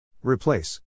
Replace